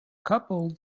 couple